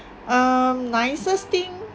um nicest thing